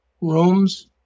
rooms